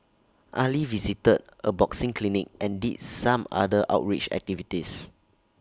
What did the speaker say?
Ali visited A boxing clinic and did some other outreach activities